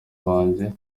banjye